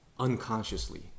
unconsciously